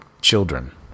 children